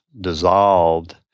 dissolved